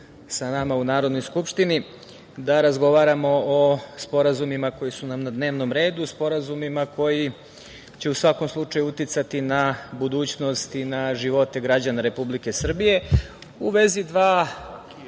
sa nama u Narodnoj skupštini da razgovaramo o sporazumima koji su nam na dnevnom redu, sporazumima koji će u svakom slučaju uticati na budućnost i na živote građana Republike Srbije.U vezi dva,